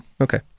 Okay